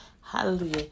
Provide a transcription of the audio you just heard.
Hallelujah